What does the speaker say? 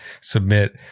submit